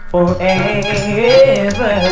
Forever